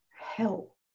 help